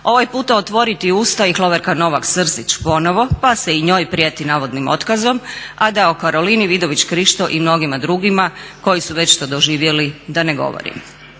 ovaj puta otvoriti usta i Hloverka Novak-Srzić ponovo, pa se i njoj prijeti navodnim otkazom, a da o Karolini Vidović Krišto i mnogima drugima koji su to već doživjeli da i ne govorim.